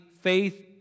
faith